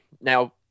Now